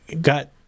got